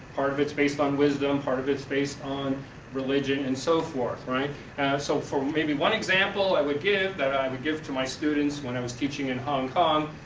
part of its based on wisdom, part of its based on religion and so forth. so for maybe one example i would give, that i would give to my students when i was teaching in hong kong,